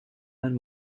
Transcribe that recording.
man